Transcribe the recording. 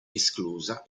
esclusa